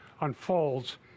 unfolds